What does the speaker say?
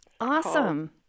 Awesome